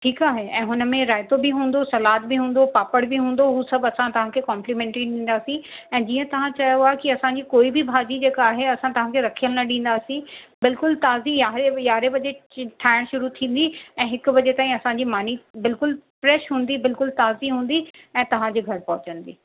ठीकु आहे ऐं हुन में रायतो बि हुंदो सलाद बि हुंदो पापड़ बि हुंदो हू सभु असां तव्हांखे कॉम्पलीमेंट्री ॾींदसीं ऐं जीअं तव्हां चयो आहे की असांजी कोई भाॼी जेका आहे असं तव्हांखे रखियल न ॾींदासीं बिल्कुलु ताज़ी याहे यारहें बजे ठाहिण शरू थींदी ऐं हिक बजे ताईं असांजी मानी बिल्कुलु फ़्रेश हुंदी बिल्कुलु ताज़ी हुंदी ऐं तव्हांजे घर पहुचंदी